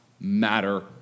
matter